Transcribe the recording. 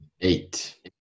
Eight